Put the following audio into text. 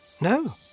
No